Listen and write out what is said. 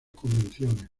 convenciones